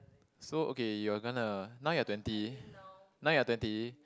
so okay you're gonna now you're twenty now you're twenty